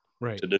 right